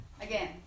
Again